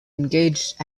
engaged